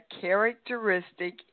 characteristic